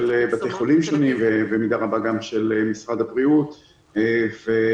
בתי חולים שונים ובמידה רבה גם של משרד הבריאות וחוזר.